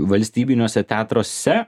valstybiniuose teatruose